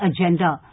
agenda